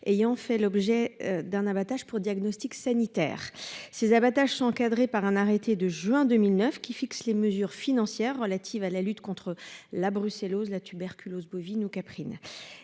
ayant fait l'objet d'un abattage pour diagnostic sanitaire ces abattages sont encadrées par un arrêté de juin 2009 qui fixe les mesures financières relatives à la lutte contre la brucellose la tuberculose bovine ou caprine.